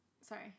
Sorry